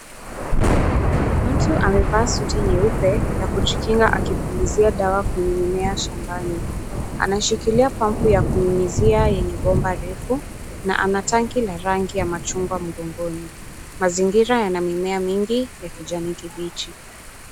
Mtu amevaa suti nyeupe ya kujikinga akipulizia dawa kwenye mimea shambani. Anashikilia pampu ya kunyunyizia yenye bomba refu na ana tanki ya rangi ya machungwa mgongoni. Mazingira yana mimea mingi ya kijani kibichi.